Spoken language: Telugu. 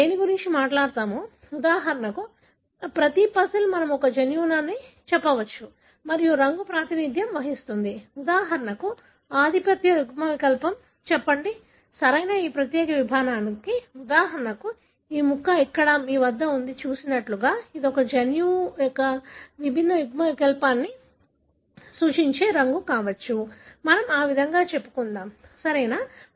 మనం దేని గురించి మాట్లాడుతున్నామో ఉదాహరణకు ప్రతి పజిల్ మనం ఒక జన్యువు అని చెప్పవచ్చు మరియు రంగు ప్రాతినిధ్యం వహిస్తుంది ఉదాహరణకు ఆధిపత్య యుగ్మవికల్పం చెప్పండి సరియైన ఆ ప్రత్యేక భాగానికి ఉదాహరణకు ఈ ముక్క ఇక్కడ మీ వద్ద ఉంది చూసినట్లుగా ఇది ఒక జన్యువు యొక్క విభిన్న యుగ్మవికల్పాన్ని సూచించే రంగు కావచ్చు మనం ఆ విధంగా చెప్పుకుందాం సరియైనదా